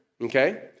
okay